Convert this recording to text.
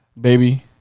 Baby